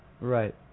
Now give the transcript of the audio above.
Right